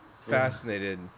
fascinated